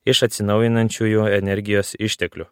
iš atsinaujinančiųjų energijos išteklių